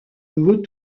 nouveau